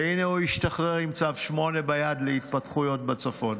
והינה, הוא השתחרר עם צו 8 ביד להתפתחויות בצפון.